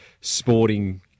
sporting